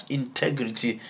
integrity